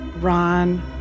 Ron